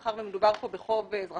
מאחר ומדובר פה בחוב אזרחי,